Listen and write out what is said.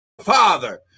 father